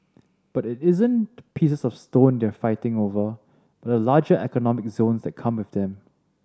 but it isn't pieces of stone they're fighting over but the larger economic zones that come with them